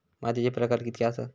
मातीचे प्रकार कितके आसत?